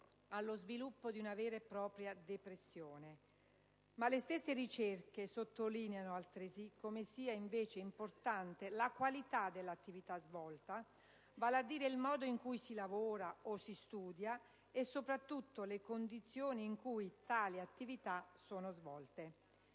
allo sviluppo di una vera e propria depressione. Le stesse ricerche sottolineano altresì come sia più importante la qualità dell'attività svolta, vale a dire il modo in cui si lavora o si studia, e soprattutto le condizioni in cui tali attività sono svolte.